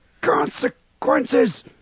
consequences